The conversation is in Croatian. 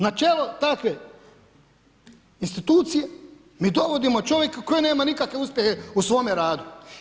Na čelo takve institucije mi dovodimo čovjeka koji nema nikakve uspjehe u svome radu.